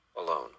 alone